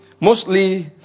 Mostly